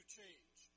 change